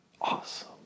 awesome